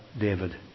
David